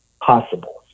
possible